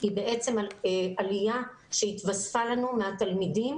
היא בעצם עלייה שהתווספה לנו מהתלמידים